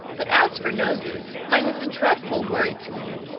but as for noses, mine is a dreadful worry to me.